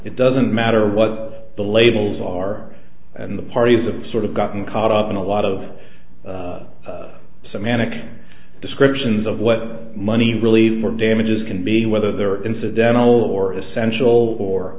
it doesn't matter what the labels are and the parties of sort of gotten caught up in a lot of semantic descriptions of what money really more damages can be whether they're incidental or essential or